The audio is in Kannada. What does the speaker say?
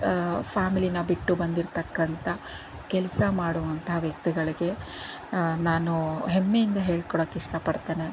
ಫ್ಯಾಮಿಲೀನ ಬಿಟ್ಟು ಬಂದಿರತಕ್ಕಂಥ ಕೆಲಸ ಮಾಡುವಂಥ ವ್ಯಕ್ತಿಗಳಿಗೆ ನಾನು ಹೆಮ್ಮೆಯಿಂದ ಹೇಳ್ಕೊಳ್ಳೋಕ್ಕೆ ಇಷ್ಟಪಡ್ತೇನೆ